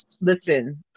listen